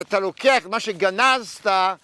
אתה לוקח מה שגנזת.